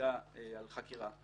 על חקירה,